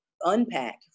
unpack